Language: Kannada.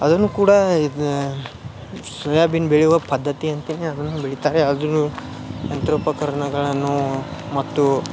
ಅದನ್ನು ಕೂಡ ಇದು ಸೊಯಾಬೀನ್ ಬೆಳೆಯುವ ಪದ್ಧತಿಯಂತೆಯೇ ಅದನ್ನು ಬೆಳಿತಾರೆ ಅದನ್ನೂ ಯಂತ್ರೋಪಕರಣಗಳನ್ನೂ ಮತ್ತು